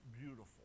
beautiful